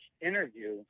interview